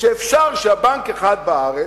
שאפשר שבנק אחד בארץ,